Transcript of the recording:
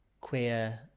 queer